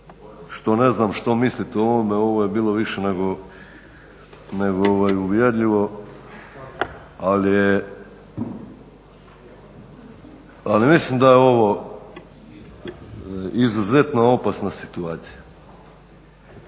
što ne znam što mislite o ovome, ovo je bilo više nego uvjerljivo, ali mislim da je ovo izuzetno opasna situacija.